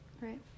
right